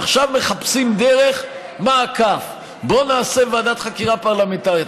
עכשיו מחפשים דרך מעקף: בואו נעשה ועדת חקירה פרלמנטרית.